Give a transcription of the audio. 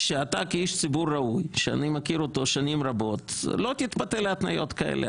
שאתה כאיש ציבור ראוי שאני מכיר אותו שנים רבות לא תתפתה להתניות כאלה.